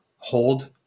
hold